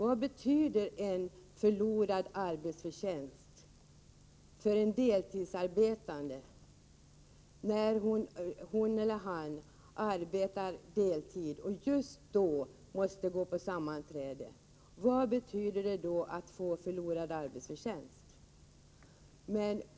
Vad betyder inte ersättning för förlorad arbetsförtjänst för en deltidsarbetande, om han eller hon måste gå ifrån till sammanträden!